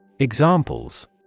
Examples